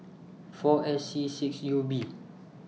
four S C six U B